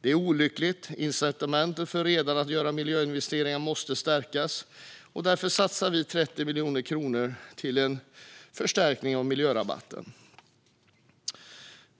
Detta är olyckligt. Incitamenten för redare att göra miljöinvesteringar måste stärkas, och därför satsar vi 30 miljoner kronor på en förstärkning av miljörabatten.